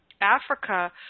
Africa